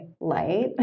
light